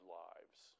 lives